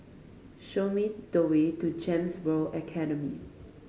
show me the way to GEMS World Academy